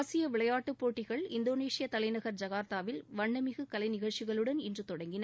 ஆசிய விளையாட்டு போட்டிகள் இந்தோனேஷிய தலைநகர் ஐகர்தாவில் வண்ணமிகு கலைநிகழ்ச்சிகளுடன் இன்று தொடங்கின